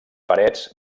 parets